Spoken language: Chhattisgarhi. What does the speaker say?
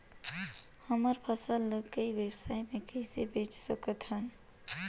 हमर फसल ल ई व्यवसाय मे कइसे बेच सकत हन?